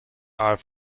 are